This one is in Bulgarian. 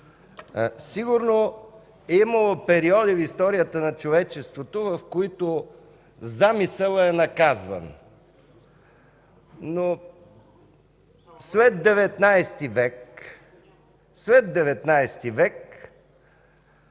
Сигурно е имало периоди в историята на човечеството, в които замисълът е наказван, но след XIX век замисълът,